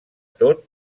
tot